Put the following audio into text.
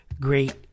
great